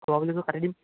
ক'বা বুলিতো কাটি দিম